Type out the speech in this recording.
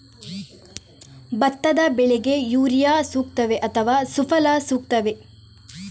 ಭತ್ತದ ಬೆಳೆಗೆ ಯೂರಿಯಾ ಸೂಕ್ತವೇ ಅಥವಾ ಸುಫಲ ಸೂಕ್ತವೇ?